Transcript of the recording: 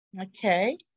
Okay